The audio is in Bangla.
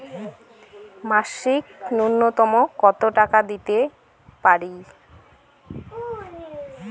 মাসিক নূন্যতম কত টাকা দিতে পারি?